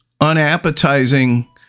unappetizing